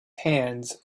hands